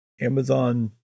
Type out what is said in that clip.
Amazon